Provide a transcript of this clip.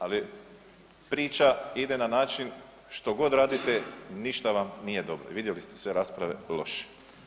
Ali priča ide na način što god radite ništa vam nije dobro i vidjeli ste sve rasprave, loše.